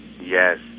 Yes